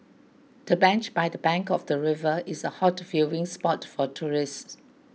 the bench by the bank of the river is a hot viewing spot for tourists